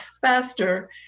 faster